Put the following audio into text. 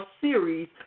series